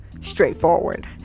straightforward